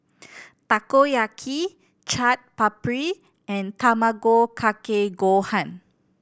Takoyaki Chaat Papri and Tamago Kake Gohan